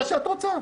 תעשי מה שאת רוצה.